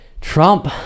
trump